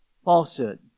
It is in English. falsehood